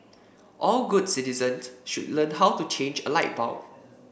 all good citizens should learn how to change a light bulb